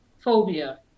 phobia